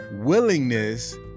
willingness